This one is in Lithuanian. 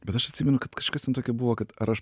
bet aš atsimenu kad kažkas ten tokio buvo kad ar aš